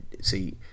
see